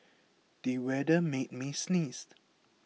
the weather made me sneeze